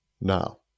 now